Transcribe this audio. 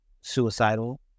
suicidal